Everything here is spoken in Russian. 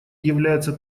является